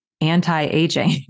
anti-aging